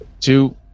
two